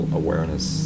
awareness